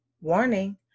Warning